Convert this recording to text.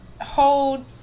hold